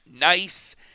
nice